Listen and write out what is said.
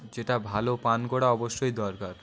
যেটা ভালো পান করা অবশ্যই দরকার